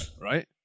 right